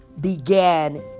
began